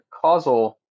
causal